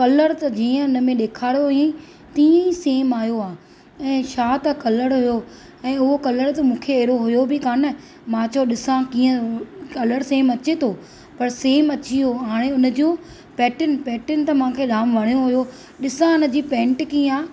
colour त जींअं उन में ॾेखारियो हुअईं तीअं ई सेम आहियो आहे ऐं छा त कलर हुओ ऐं उहो कलर त मूंखे अहिड़ो हुओ बि कोन मां चयो ॾिसां कीअं कलर सेम अचे थो पर सेम अची वियो हाणे हुन जूं पैटिन पैटिन त मूंखे जाम वणियो हुओ ॾिसां उन जी पैंट कीअं आहे